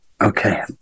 Okay